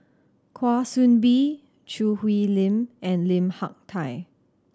Kwa Soon Bee Choo Hwee Lim and Lim Hak Tai